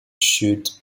shoot